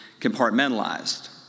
compartmentalized